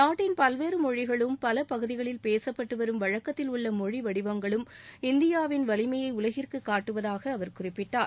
நாட்டின் பல்வேறு மொழிகளும் பல பகுதிகளில் பேசுப்பட்டு வரும் வழக்த்தில் உள்ள மொழி வடிவங்களும் இந்தியாவின் வலிமையை உலகிற்கு காட்டுவதாக அவர் குறிப்பிட்டார்